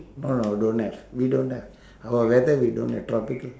no no don't have we don't have our weather we don't have tropical